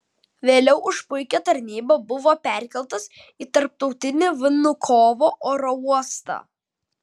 vėliau už puikią tarnybą buvo perkeltas į tarptautinį vnukovo oro uostą